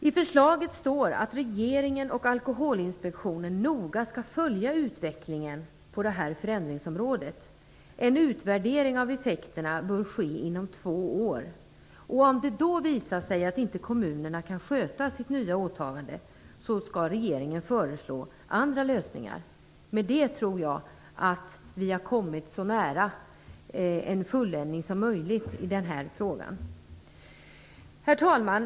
I förslaget står det att regeringen och Alkoholinspektionen noga skall följa utvecklingen på förändringsområdet. En utvärdering av effekterna bör ske inom två år. Om det då visar sig att kommunerna inte kan sköta sitt nya åtagande skall regeringen föreslå andra lösningar. Med det tror jag att vi har kommit så nära en fulländning som möjligt i frågan. Herr talman!